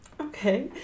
Okay